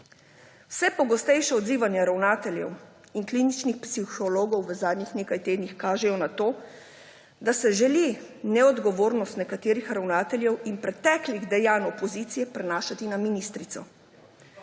Vse pogostejše odzivanje ravnateljev in kliničnih psihologov v zadnjih nekaj tednih kaže na to, da se želi neodgovornost nekaterih ravnateljev in preteklih dejanj opozicije prenašati na ministrico.